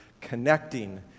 connecting